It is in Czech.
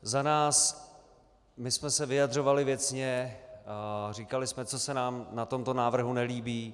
Za nás, my jsme se vyjadřovali věcně a říkali jsme, co se nám na tomto návrhu nelíbí.